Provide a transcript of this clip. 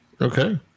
Okay